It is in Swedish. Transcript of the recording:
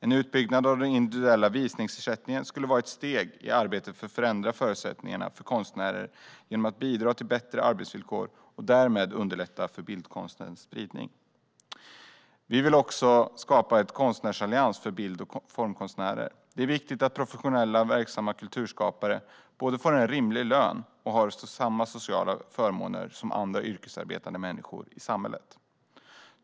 En utbyggnad av den individuella visningsersättningen skulle vara ett steg i arbetet för att förändra förutsättningarna för konstnärer genom att bidra till bättre arbetsvillkor och därmed underlätta för bildkonstens spridning. Vi vill att det skapas en konstnärsallians för bild och formkonstnärer. Det är viktigt att professionellt verksamma kulturskapare både får en rimlig lön och har samma sociala förmåner som andra yrkesarbetande människor i samhället.